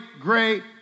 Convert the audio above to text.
great